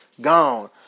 gone